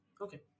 okay